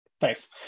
thanks